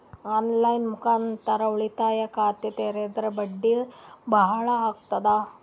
On line ಮುಖಾಂತರ ಉಳಿತಾಯ ಖಾತ ತೇರಿದ್ರ ಬಡ್ಡಿ ಬಹಳ ಅಗತದ?